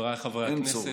חבריי חברי הכנסת,